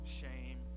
shame